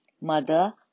Mother